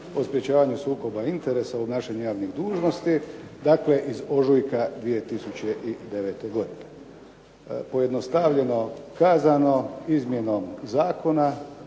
o sprečavanju sukoba interesa u obnašanju javnih dužnosnika iz ožujka 2009. godine. Pojednostavljeno kazano, izmjena zakona